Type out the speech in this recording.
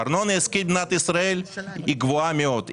ארנונה עסקית במדינת ישראל היא גבוהה מאוד.